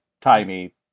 timey